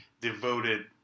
devoted